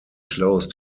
close